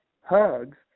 Hugs